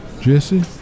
Jesse